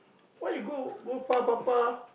why you go go far far far